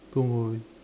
two movie